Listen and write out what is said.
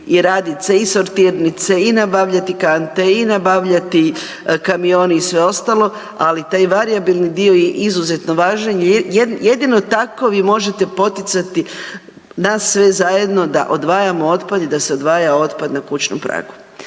i radit se i sortirnice i nabavljati kante i nabavljati kamione i sve ostalo, ali taj varijabilni dio je izuzetno važan jer jedino tako vi možete poticati nas sve zajedno da odvajamo otpad i da se odvaja otpad na kućnom pragu.